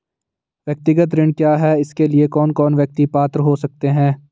व्यक्तिगत ऋण क्या है इसके लिए कौन कौन व्यक्ति पात्र हो सकते हैं?